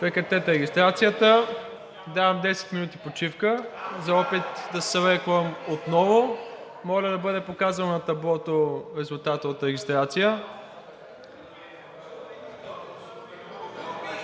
Прекратете регистрацията. Давам 10 минути почивка за опит да се събере кворум отново. Моля да бъде показан на таблото резултатът от регистрацията.